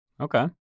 Okay